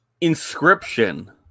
Inscription